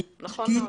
נכון מאוד.